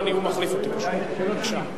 בבקשה.